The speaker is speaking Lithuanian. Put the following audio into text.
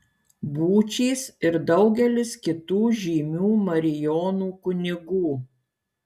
būčys ir daugelis kitų žymių marijonų kunigų